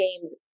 games